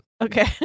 Okay